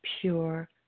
pure